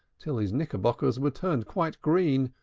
till his knickerbockers were turned quite green,